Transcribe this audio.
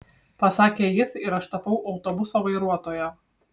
pasakė jis ir aš tapau autobuso vairuotoja